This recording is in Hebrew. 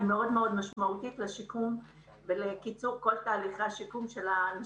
היא משמעותית מאוד לשיקום ולקיצור כל תהליכי השיקום של האנשים.